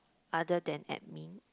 other than admin